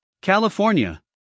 California